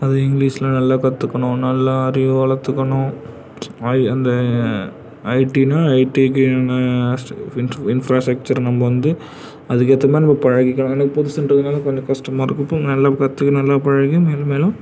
அது இங்கிலிஷ்லாம் நல்லா கற்றுக்கணும் நல்ல அறிவை வளர்த்துக்கணும் அந்த ஐடின்னா ஐடிக்கான இன்ஃப்ராஸ்ட்ரக்ச்சர் நம்ம வந்து அதுக்கேற்ற மாதிரி நம்ம பழகிக்கணும் எனக்கு புதுசுன்றதுனால் கொஞ்சம் கஷ்டமாக இருக்கும் இப்போ நல்லா கற்றுக்கின்னு நல்லா பழகி மேலும் மேலும்